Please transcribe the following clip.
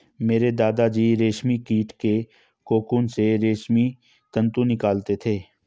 मेरे दादा जी रेशमी कीट के कोकून से रेशमी तंतु निकालते थे